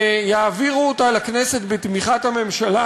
ויעבירו אותה לכנסת בתמיכת הממשלה,